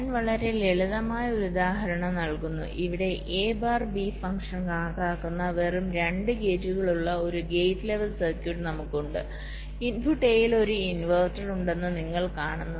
ഞാൻ വളരെ ലളിതമായ ഒരു ഉദാഹരണം നൽകുന്നു ഇവിടെ A ബാർ B ഫംഗ്ഷൻ കണക്കാക്കുന്ന വെറും 2 ഗേറ്റുകൾ ഉള്ള ഒരു ഗേറ്റ് ലെവൽ സർക്യൂട്ട് നമുക്ക് ഉണ്ട് ഇൻപുട്ട് A ൽ ഒരു ഇൻവെർട്ടർ ഉണ്ടെന്ന് നിങ്ങൾ കാണുന്നു